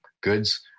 goods